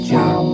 Jump